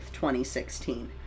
2016